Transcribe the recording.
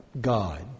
God